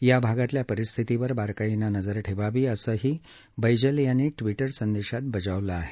या भागातल्या परिस्थितीवर बारकाईनं नजर ठेवावी असंही बैजल यांनी ट्विटर संदेशात बजावलं आहे